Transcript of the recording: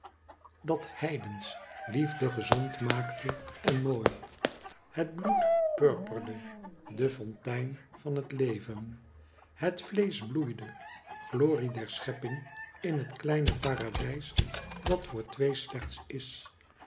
dat heidensch hefde gezond maakte en mooi het bloed purperde de fontein van het leven het vleesch bloeide glorie der schepping in het kleine paradijs dat voor twee slechts is